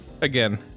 again